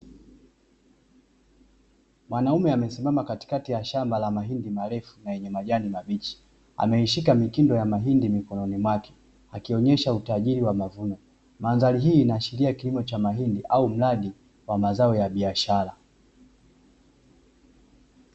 Mwanaume amesimama katikati ya shamba la mahindi marefu na yenye majani mabichi, ameishika mikindo ya mahindi mikononi mwake akionesha utajiri wa mavuno. Mandhari hii inaashiria kilimo cha mahindi au mradi wa mazao ya biashara.